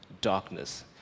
darkness